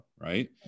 right